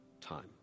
time